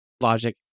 logic